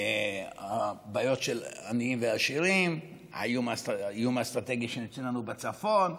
הבעיות של עניים ועשירים, האיום האסטרטגי בצפון.